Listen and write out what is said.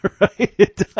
Right